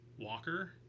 Walker